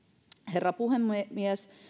herra puhemies